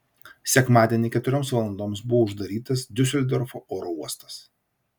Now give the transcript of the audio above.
sekmadienį keturioms valandoms buvo uždarytas diuseldorfo oro uostas